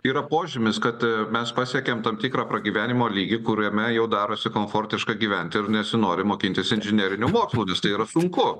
yra požymis kad mes pasiekėm tam tikrą pragyvenimo lygį kuriame jau darosi komfortiška gyventi ir nesinori mokintis inžinerinių mokslų nes tai yra sunku